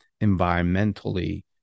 environmentally